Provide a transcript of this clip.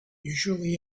usually